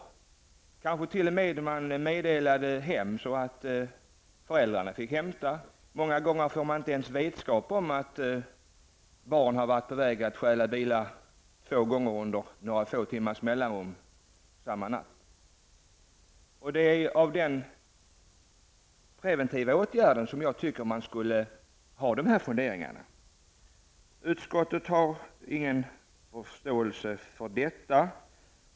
Man kanske t.o.m. skall meddela hem så att föräldrarna får komma och hämta dem. Föräldrarna får många gånger inte ens vetskap om att deras barn har varit på väg att stjäla bilar två gånger med några få timmars mellanrum samma natt. Jag tycker att man skall fundera på de här preventiva åtgärderna. Utskottet har ingen förståelse för detta.